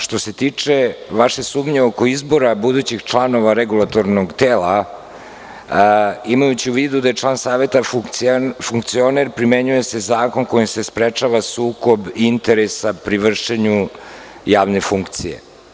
Što se tiče vaše sumnje oko izbora budućih članova regulatornog tela, imajući u vidu da je član saveta funkcioner, primenjuje se zakon kojim se sprečava sukob interesa pri vršenju javne funkcije.